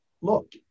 look